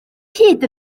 hyd